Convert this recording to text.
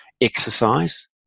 exercise